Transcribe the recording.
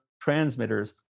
transmitters